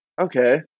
okay